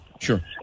Sure